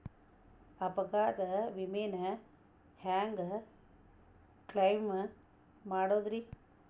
ಅಪಘಾತ ವಿಮೆನ ಹ್ಯಾಂಗ್ ಕ್ಲೈಂ ಮಾಡೋದ್ರಿ?